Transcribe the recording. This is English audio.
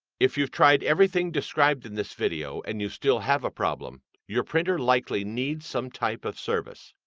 if you've tried everything described in this video and you still have a problem, your printer likely needs some type of service.